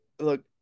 look